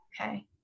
okay